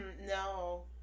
No